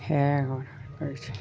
সে